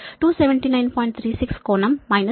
36 కోణం మైనస్ 36